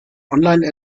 online